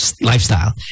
lifestyle